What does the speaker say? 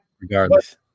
Regardless